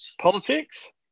politics